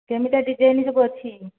କେମିତିକା ଡିଜାଇନ ସବୁ ଅଛି